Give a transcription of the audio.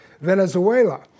Venezuela